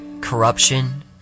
corruption